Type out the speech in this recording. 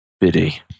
Biddy